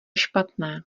špatné